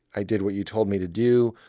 i did what you told me to do.